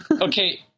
Okay